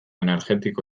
energetiko